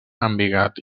embigat